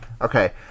okay